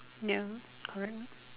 ya correct lor